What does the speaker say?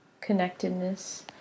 connectedness